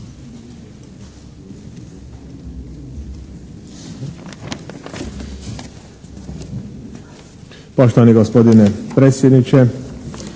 Poštovani gospodine predsjedniče,